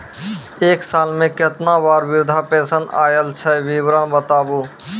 एक साल मे केतना बार वृद्धा पेंशन आयल छै विवरन बताबू?